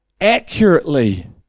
accurately